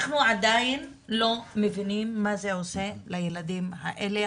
אנחנו עדיין לא מבינים מה זה עושה לילדים האלה,